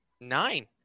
Nine